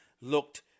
looked